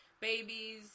babies